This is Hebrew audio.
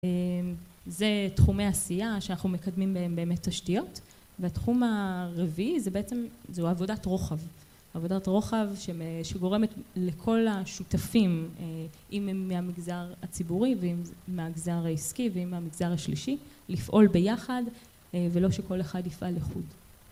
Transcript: זה תחומי עשייה שאנחנו מקדמים בהם באמת תשתיות, והתחום הרביעי זה בעצם, זו עבודת רוחב. עבודת רוחב שגורמת לכל השותפים אם הם מהמגזר הציבורי ואם מהמגזר העסקי ואם המגזר השלישי לפעול ביחד ולא שכל אחד יפעל לחוד